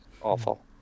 Awful